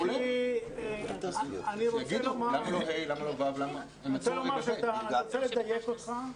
אני רוצה לדייק אותך.